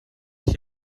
ich